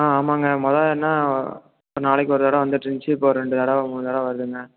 ஆ ஆமாங்க மொதல் ரெண்டு நாள் ஒரு நாளைக்கு ஒரு தடவை வந்துட்டு இருந்துச்சி இப்போ ரெண்டு தடவை மூணு தடவை வருதுங்க